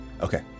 Okay